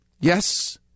Yes